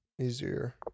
easier